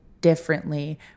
differently